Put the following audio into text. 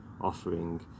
offering